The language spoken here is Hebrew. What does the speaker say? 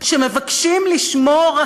שמבקשים לשמור,